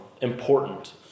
important